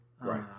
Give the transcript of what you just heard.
right